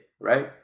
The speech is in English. right